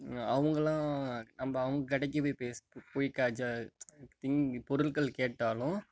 அவங்களாம் நம்ம அவங்க கடைக்கு போய் பேசு திங் பொருட்கள் கேட்டாலும்